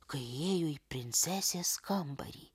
kai įėjo į princesės kambarį